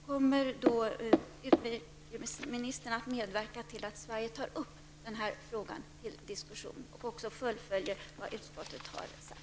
Kommer utrikesministern då att medverka till att Sverige tar upp den här frågan till diskussion och också fullföljer vad utskottet har sagt?